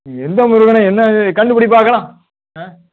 எந்த முருகனா என்னது கண்டுப்பிடி பார்க்கலாம் ஆ